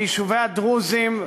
ביישובי הדרוזים,